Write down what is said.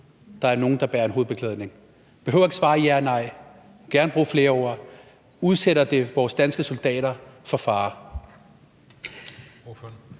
Der er nogle, der bærer hovedbeklædning. Ordføreren behøver ikke at svare ja eller nej, han må gerne bruge flere ord, men udsætter det vores danske soldater for fare?